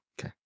Okay